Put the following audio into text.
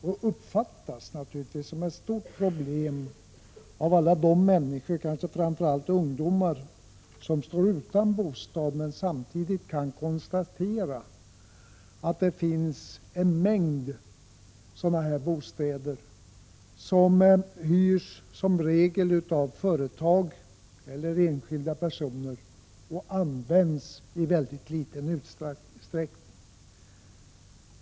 Det uppfattas naturligtvis också som ett stort problem av alla de människor — framför allt ungdomar — som står utan bostad, men samtidigt kan jag konstatera att det finns en mängd sådana bostäder som i regel hyrs av företag eller enskilda personer och används i mycket liten utsträckning.